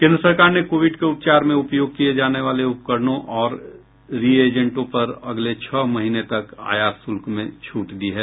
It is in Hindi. केंद्र सरकार ने कोविड के उपचार में उपयोग किये जाने वाले उपकरणों और रिएजेंटों पर अगले छह महीने तक आयात शुल्क में छूट दी है